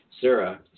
Sarah